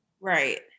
Right